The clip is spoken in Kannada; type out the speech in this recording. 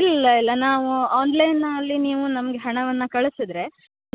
ಇಲ್ಲ ಇಲ್ಲ ನಾವು ಆನ್ಲೈನಲ್ಲಿ ನೀವು ನಮ್ಗೆ ಹಣವನ್ನು ಕಳ್ಸಿದ್ರೆ